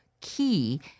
key